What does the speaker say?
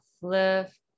lift